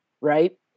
Right